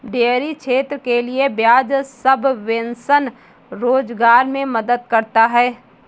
dairy क्षेत्र के लिये ब्याज सबवेंशन रोजगार मे मदद करता है